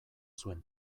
zuen